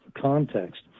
context